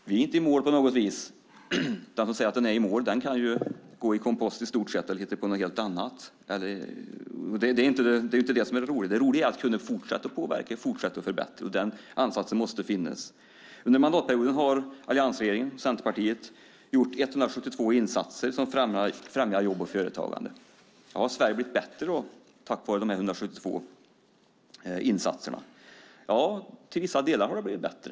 Vi är inte på något vis i mål. Den som säger att den är i mål kan i stort sett "gå i kompost" eller hitta på någonting helt annat. Att vara i mål är inte det som är det roliga, utan det roliga är att kunna fortsätta att påverka och förbättra. Den ansatsen måste finnas. Under mandatperioden har Centerpartiet och alliansregeringen gjort 172 insatser som främjar jobb och företagande. Har då Sverige blivit bättre tack vare dessa 172 insatser? Ja, till vissa delar har det blivit bättre.